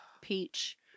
peach